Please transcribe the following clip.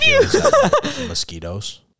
mosquitoes